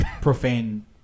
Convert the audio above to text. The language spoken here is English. profane